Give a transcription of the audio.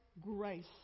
grace